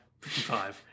55